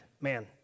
man